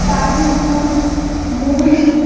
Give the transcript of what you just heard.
তাজমকুট মৌলি